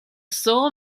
saw